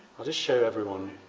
just show everyone,